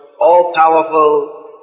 all-powerful